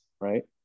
right